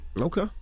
Okay